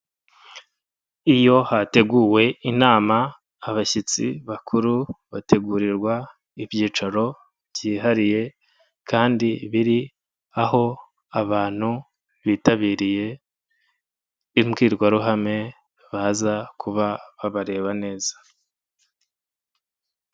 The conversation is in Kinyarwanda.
Iyo hateguwe inama abashyitsi bakuru bategurirwa ibyicaro byihariye kandi biri aho abantu bitabiriye imbwirwaruhame baza kuba babareba neza.